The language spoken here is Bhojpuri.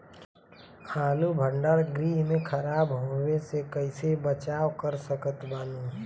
आलू भंडार गृह में खराब होवे से कइसे बचाव कर सकत बानी?